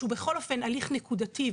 שהוא בכל אופן הליך נקודתי,